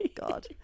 God